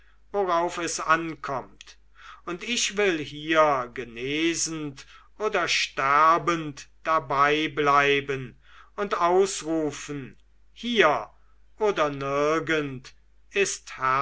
worauf es ankommt und ich will hier genesend oder sterbend dabei bleiben und ausrufen hier oder nirgend ist